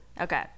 okay